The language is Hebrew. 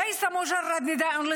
אתם יודעים מה?